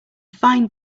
find